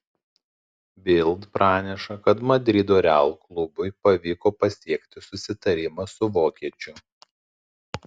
bild praneša kad madrido real klubui pavyko pasiekti susitarimą su vokiečiu